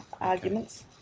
arguments